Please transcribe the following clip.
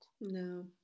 no